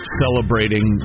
celebrating